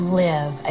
live